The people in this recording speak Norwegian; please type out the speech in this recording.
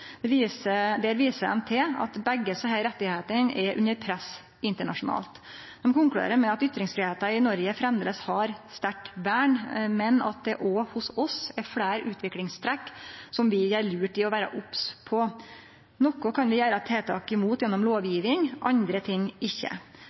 Der viser dei til at begge desse rettane er under press internasjonalt, og konkluderer med at ytringsfridomen i Noreg framleis har eit sterkt vern, men at det òg hos oss er fleire utviklingstrekk som vi gjer lurt i å vere obs på. Noko kan vi gjere tiltak mot gjennom